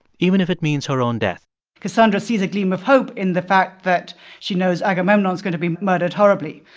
even if it means her own death cassandra sees a gleam of hope in the fact that she knows agamemnon is going to be murdered horribly.